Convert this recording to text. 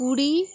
कुडी